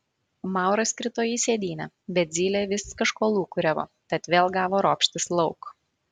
mauras krito į sėdynę bet zylė vis kažko lūkuriavo tad vėl gavo ropštis lauk